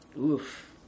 Oof